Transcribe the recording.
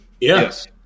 Yes